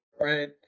Right